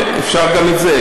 כן, אפשר גם את זה.